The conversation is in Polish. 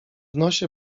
nosie